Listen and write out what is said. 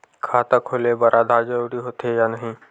खाता खोले बार आधार जरूरी हो थे या नहीं?